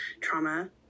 trauma